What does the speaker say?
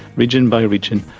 region by region.